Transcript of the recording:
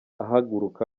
ahaguruka